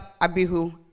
Abihu